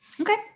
Okay